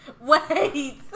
Wait